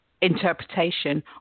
interpretation